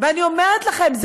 ואני אומרת לכם,